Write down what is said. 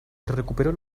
recuperó